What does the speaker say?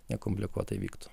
nekomplikuotai vyktų